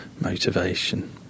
motivation